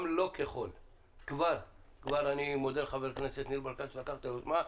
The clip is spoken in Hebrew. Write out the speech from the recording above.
ואני מודה לח"כ ניר ברקת שנטל את היוזמה,